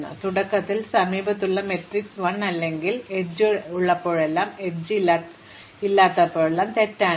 അതിനാൽ തുടക്കത്തിൽ സമീപത്തുള്ള മാട്രിക്സ് 1 അല്ലെങ്കിൽ ശരി ഒരു എഡ്ജ് ഉള്ളപ്പോഴെല്ലാം എഡ്ജ് ഇല്ലാത്തപ്പോഴെല്ലാം തെറ്റാണ്